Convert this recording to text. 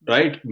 Right